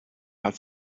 had